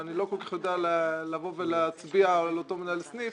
שאני לא יודע להצביע על אותו מנהל סניף